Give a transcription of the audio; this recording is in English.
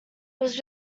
was